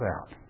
out